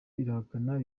irahakana